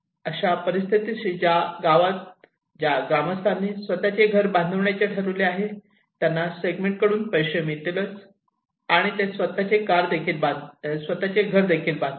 अशा परिस्थितीत ज्या गावात ग्रामस्थांनी स्वतःचे घर बनवायचे ठरविले त्यांना गव्हर्मेंटकडून पैसे मिळतील आणि ते स्वतःचे घर बांधतील